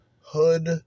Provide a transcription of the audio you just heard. hood